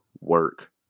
work